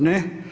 Ne.